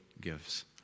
gives